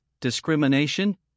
discrimination